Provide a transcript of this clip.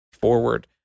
forward